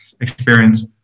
experience